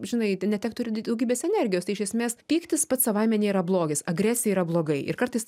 žinai netektų ir daugybės energijos tai iš esmės pyktis pats savaime nėra blogis agresija yra blogai ir kartais ta